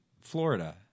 Florida